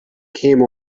came